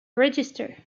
register